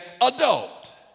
adult